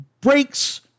breaks